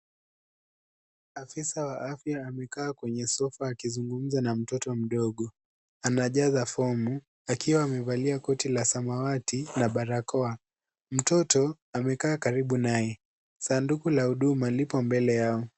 Afisa wa afya amekaa kwa sofa akizungumza na mtoto mdogo, anajaza fomu akiwa amevalia koti la samawati na barakoa. Mtoto amekaa karibu naye ,sanduku la huduma lipo mbele yao.